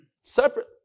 separate